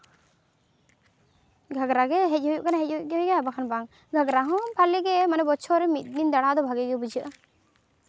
ᱜᱷᱟᱜᱽᱨᱟ ᱜᱮ ᱦᱮᱡ ᱦᱩᱭᱩᱜ ᱠᱟᱱᱟ ᱦᱮᱡ ᱦᱩᱭᱩᱜ ᱜᱮᱭᱟ ᱵᱟᱠᱷᱟᱱ ᱵᱟᱝ ᱜᱷᱟᱜᱽᱨᱟ ᱦᱚᱸ ᱵᱷᱟᱞᱤᱜᱮ ᱢᱟᱱᱮ ᱵᱚᱪᱷᱚᱨ ᱨᱮ ᱢᱤᱫ ᱫᱤᱱ ᱫᱟᱬᱟ ᱫᱚ ᱵᱷᱟᱜᱤ ᱜᱮ ᱵᱩᱡᱷᱟᱹᱜᱼᱟ